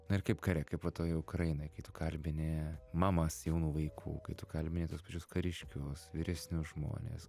na ir kaip kare kaip va toj ukrainoj kai tu kalbini mamas jaunų vaikų kai tu kalbini tuos pačius kariškius vyresnius žmones